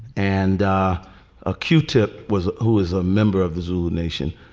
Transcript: and a q-tip was who is a member of the zulu nation,